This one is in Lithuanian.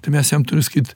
tai mes jam turim sakyt